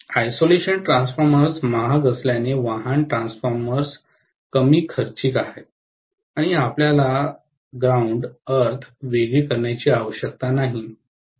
isolation transformers महाग असल्याने वाहन ट्रान्सफॉर्मर्स कमी खर्चीक आहेत आणि आपल्याला अर्थ वेगळी करण्याची आवश्यकता नाही